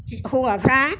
हौवाफ्रा